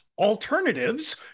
alternatives